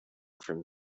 from